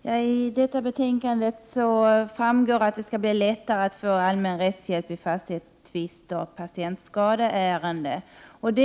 Herr talman! Av detta betänkande framgår att det skall bli lättare att få allmän rättshjälp vid fastighetstvister och i patientskadeärenden. Jag